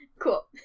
Cool